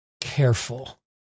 careful